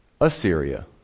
Assyria